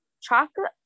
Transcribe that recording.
chocolate